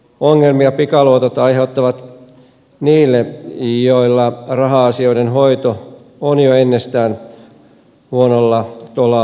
ongelmia pikaluotot aiheuttavat niille joilla raha asioiden hoito on jo ennestään huonolla tolalla